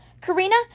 Karina